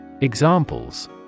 Examples